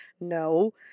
No